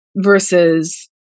versus